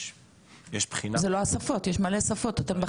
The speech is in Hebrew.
אתם בחרתם עברית ואנגלית שזו לא השפה המונגשת.